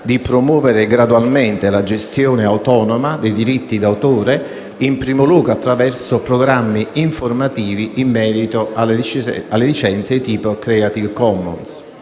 di promuovere gradualmente la gestione autonoma dei diritti d'autore, in primo luogo attraverso programmi informativi in merito alle licenze di tipo *creative commons*.